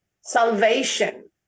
salvation